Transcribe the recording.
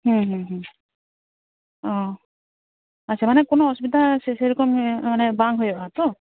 ᱦᱩᱸ ᱦᱩᱸ ᱦᱩᱸ ᱚ ᱟᱪᱪᱷᱟ ᱢᱟᱱᱮ ᱠᱳᱱᱳ ᱚᱥᱩᱵᱤᱫᱷᱟ ᱥᱮᱨᱚᱠᱚᱢ ᱢᱟᱱᱮ ᱵᱟᱝ ᱦᱩᱭᱩᱜᱼᱟ ᱛᱚ